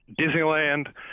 Disneyland